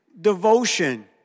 devotion